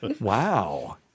Wow